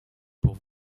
pour